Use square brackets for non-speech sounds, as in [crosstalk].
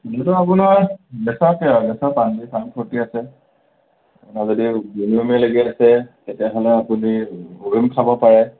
মুঠতে আপোনাৰ [unintelligible] আছে আৰু যদি বমি বমি লাগি আছে তেতিয়াহ'লে আপুনি এভ'মিন খাব পাৰে